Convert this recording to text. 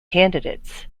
candidates